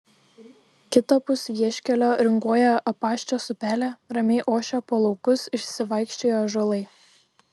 kitapus vieškelio ringuoja apaščios upelė ramiai ošia po laukus išsivaikščioję ąžuolai